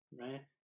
right